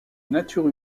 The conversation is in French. nature